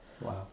Wow